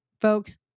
Folks